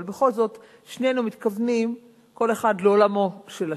אבל בכל זאת שנינו מתכוונים כל אחד לעולמו של השני.